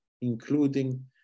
including